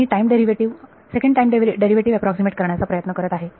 मी time derivative second time derivative approximate करण्याचा प्रयत्न करत आहे